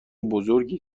بزرگی